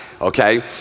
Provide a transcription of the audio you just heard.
okay